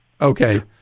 okay